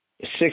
six